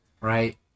right